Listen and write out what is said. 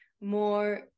more